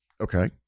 Okay